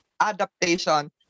adaptation